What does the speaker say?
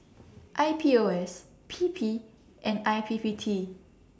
I P O S P P and I P P T